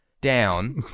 down